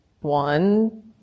one